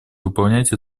выполнять